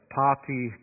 party